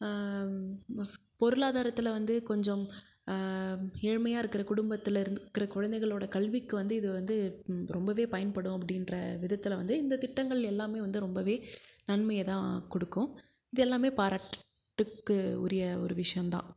muff பொருளாதாரத்தில் வந்து கொஞ்சம் ஏழ்மையாக இருக்கிற குடும்பத்தில் இருந்துக்கற குழந்தைகளோட கல்விக்கு வந்து இது வந்து ரொம்பவே பயன்படும் அப்படின்ற விதத்தில் வந்து இந்த திட்டங்கள் எல்லாமே வந்து ரொம்பவே நன்மையை தான் கொடுக்கும் இது எல்லாமே பாராட்டுக்கு உரிய ஒரு விஷயோம்தான்